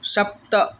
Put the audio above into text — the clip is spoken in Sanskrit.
सप्त